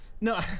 no